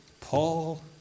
Paul